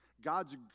God's